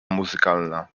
muzykalna